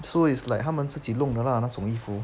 so it's like 他们自己弄着啦那种衣服